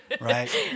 Right